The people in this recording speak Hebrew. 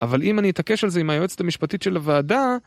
אבל אם אני אתעקש על זה עם היועצת המשפטית של הוועדה...